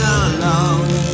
alone